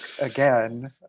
again